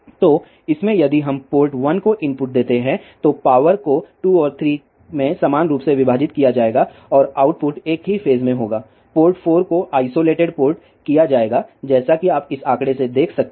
तो इसमें यदि हम पोर्ट 1 को इनपुट देते हैं तो पावर को 2 और 3 में समान रूप से विभाजित किया जाएगा और आउटपुट एक ही फेज में होगा और पोर्ट 4 को आइसोलेटेड पोर्ट किया जाएगा जैसा कि आप इस आंकड़े से देख सकते हैं